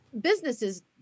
businesses